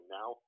now